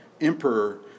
emperor